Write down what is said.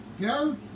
Go